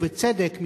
ובצדק,